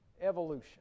evolution